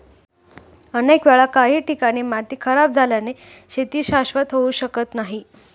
अनेक वेळा काही ठिकाणी माती खराब झाल्याने शेती शाश्वत होऊ शकत नाही